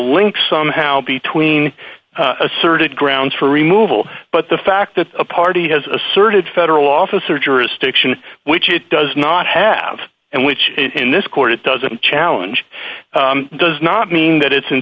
link somehow between asserted grounds for removal but the fact that a party has asserted federal officer jurisdiction which it does not have and which in this court it doesn't challenge does not mean that it's